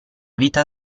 vita